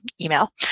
email